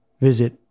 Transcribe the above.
visit